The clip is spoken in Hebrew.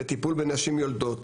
בטיפול בנשים יולדות,